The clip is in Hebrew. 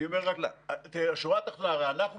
אני אומר רק שהשורה התחתונה הרי אנחנו